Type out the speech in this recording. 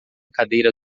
cadeira